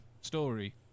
story